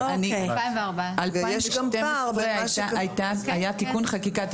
ב-2012 היה תיקון חקיקה,